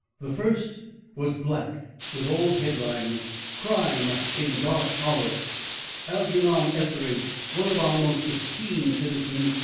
the first was black with old head-lines crime in dark hollow algernon etheridge, one of our most esteemed citizens,